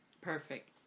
Perfect